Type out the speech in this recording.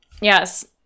Yes